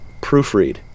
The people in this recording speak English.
proofread